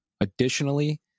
Additionally